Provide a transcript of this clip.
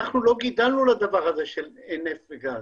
אנחנו לא גידלנו לדבר הזה של נפט וגז.